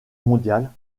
mondiale